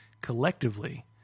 collectively